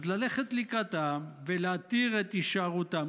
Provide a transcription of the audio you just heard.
אז ללכת לקראתם ולהתיר את הישארותם,